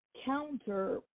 counter